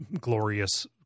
glorious